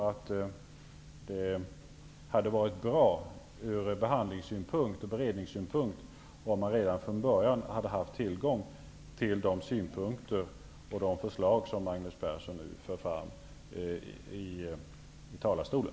Det hade varit bra från behandlings och beredningssynpunkt om vi redan från början hade haft tillgång till de synpunkter och förslag som Magnus Persson för fram här i talarstolen.